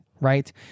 right